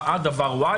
ראה "וואי",